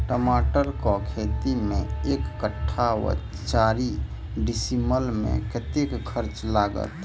टमाटर केँ खेती मे एक कट्ठा वा चारि डीसमील मे कतेक खर्च लागत?